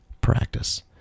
practice